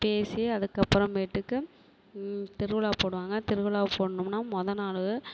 பேசி அதுக்கப்புறமேட்டுக்கு திருவிழா போடுவாங்க திருவிழா போடணும்னா மொதல் நாள்